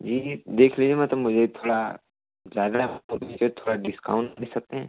जी देख लीजिए मतलब मुझे थोड़ा ज्यादा थोड़ा डिस्काउंट दे सकते हैं